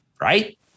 right